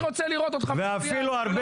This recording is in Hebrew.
אני רוצה לראות אותך מצביע --- ואפילו הרבה